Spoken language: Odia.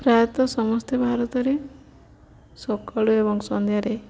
ପ୍ରାୟତଃ ସମସ୍ତେ ଭାରତରେ ସକାଳୁ ଏବଂ ସନ୍ଧ୍ୟାରେ